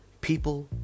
people